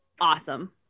Awesome